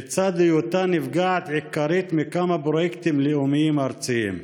לצד היותה נפגעת עיקרית מכמה פרויקטים לאומיים ארציים.